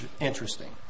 interesting